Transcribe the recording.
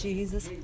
Jesus